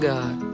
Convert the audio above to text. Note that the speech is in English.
God